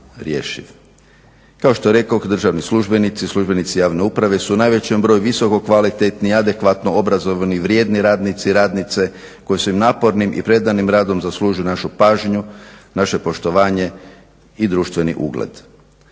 Kao što rekoh državni službenici, službenici javne uprave su u najvećem broju visoko kvalitetni, adekvatno obrazovani i vrijedni radnici i radnice koji su napornim i predanim radom zaslužili našu pažnju, naše poštovanje i društveni ugled.